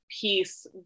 piece